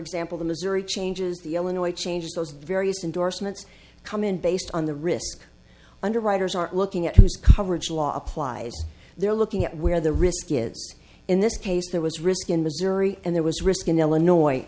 example the missouri changes the illinois changes those various endorsements come in based on the risk underwriters are looking at who's coverage law applies they're looking at where the risk is in this case there was risk in missouri and there was risk in illinois